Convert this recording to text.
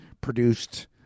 produced